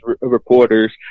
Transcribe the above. reporters